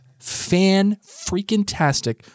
fan-freaking-tastic